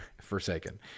Forsaken